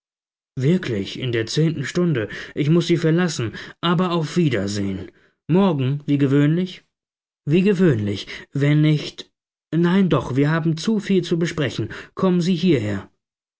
wirklich in der zehnten stunde ich muß sie verlassen aber auf wiedersehen morgen wie gewöhnlich wie gewöhnlich wenn nicht nein doch wir haben zu viel zu sprechen kommen sie hierher